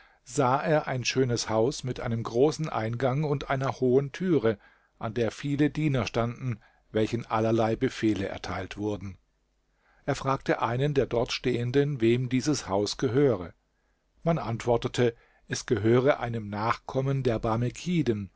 sah er ein schönes haus mit einem großen eingang und einer hohen türe an der viele diener standen welchen allerlei befehle erteilt wurden er fragte einen der dort stehenden wem dieses haus gehöre man antwortete es gehöre einem nachkommen der